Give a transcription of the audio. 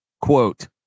quote